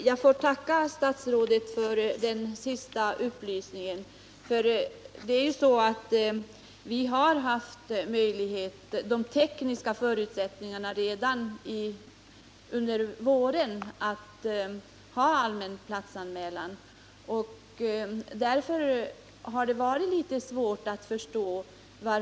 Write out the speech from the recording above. Det finns många vittnesbörd om det skräckvälde som schahregimen i Iran utövar. Listan kan göras hur lång som helst över de grova brott som denna regim gjort sig skyldig till mot en befolkningsmajoritet i landet. I dag kräver en stor del av det iranska folket demokratiska frioch rättigheter.